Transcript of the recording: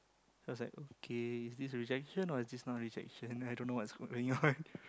so I was like okay is this rejection or is this not rejection I don't know what's going on